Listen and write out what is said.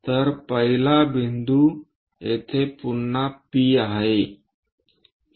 तर पहिला बिंदू येथे पुन्हा P आहे